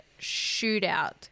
shootout